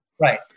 Right